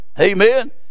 Amen